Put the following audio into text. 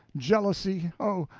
jealousy, oh!